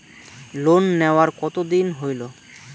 Loan নেওয়ার কতদিন হইল?